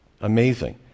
Amazing